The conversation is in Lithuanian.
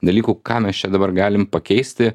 dalykų ką mes čia dabar galim pakeisti